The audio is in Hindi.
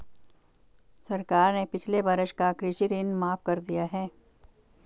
सरकार ने पिछले वर्ष का कृषि ऋण माफ़ कर दिया है